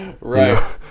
Right